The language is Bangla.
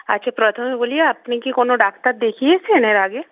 আচ্ছা প্রথমে বলি আপনি কি কোনো ডাক্তার দেখিয়েছেন এর আগে